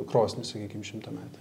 krosnį sakykim šimtametę